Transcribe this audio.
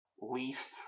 least